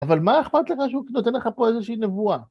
אבל מה אכפת לך שהוא נותן לך פה איזושהי נבואה?